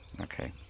Okay